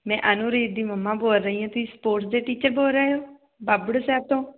ਮੈਂ ਅਨੂਰੀਤ ਦੀ ਮੰਮਾ ਬੋਲ ਰਹੀ ਹਾਂ ਤੁਸੀਂ ਸਪੋਰਟ ਦੇ ਟੀਚਰ ਬੋਲ ਰਹੇ ਤੋਂ ਬਾਗੜੂ ਸਾਹਿਬ ਤੋਂ